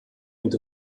mit